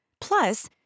Plus